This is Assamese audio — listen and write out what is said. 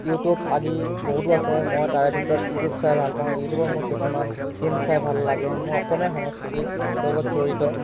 ইউটিউব আদি বহুতো আছে মই তাৰে ভিতৰত ইউটিউব চাই ভাল পাওঁ ইউটিউবত মোৰ কিছুমান চিন চাই ভাল লাগে মোৰ অসমীয়া সংস্কৃতিৰ লগত জড়িত